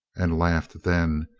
and laughed then.